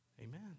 Amen